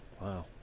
Wow